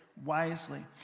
wisely